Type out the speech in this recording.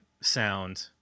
sound